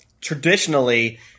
traditionally